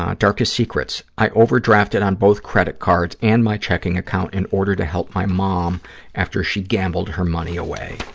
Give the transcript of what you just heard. ah darkest secrets. i overdrafted on both credit cards and my checking account in order to help my mom after she gambled her money away.